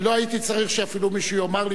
לא הייתי צריך שאפילו מישהו יאמר לי,